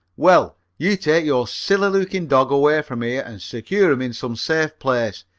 well, you take your silly looking dog away from here and secure him in some safe place.